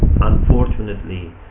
unfortunately